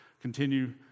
continue